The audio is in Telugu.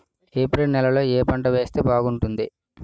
ఏప్రిల్ నెలలో ఏ పంట వేస్తే బాగుంటుంది?